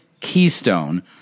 keystone